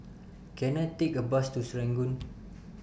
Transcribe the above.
Can I Take A Bus to Serangoon